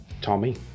Tommy